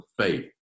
faith